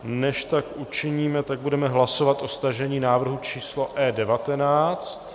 Než tak učiníme, tak budeme hlasovat o stažení návrhu číslo E19.